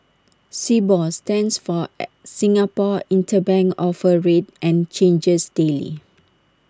Sibor stands for Singapore interbank offer rate and changes daily